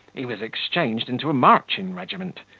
he was exchanged into a marching regiment,